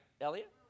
Elliot